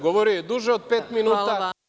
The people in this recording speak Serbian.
Govorio je duže od pet minuta…